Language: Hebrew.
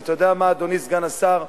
אבל אתה יודע מה, אדוני סגן השר?